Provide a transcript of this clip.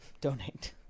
donate